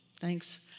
Thanks